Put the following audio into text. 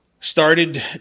Started